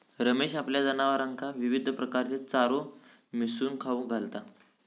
रमेश आपल्या जनावरांका विविध प्रकारचो चारो मिसळून खाऊक घालता